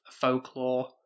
folklore